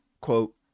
quote